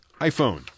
iPhone